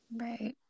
Right